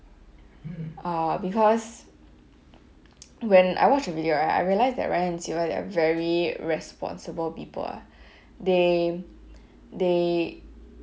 uh because when I watched the video right I realised that ryan and sylvia they are very responsible people ah they